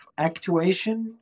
actuation